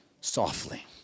softly